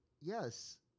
Yes